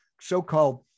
so-called